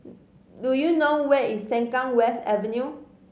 do you know where is Sengkang West Avenue